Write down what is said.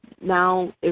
now